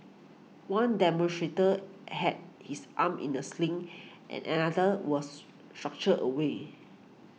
one demonstrator had his arm in the sling and another was structure away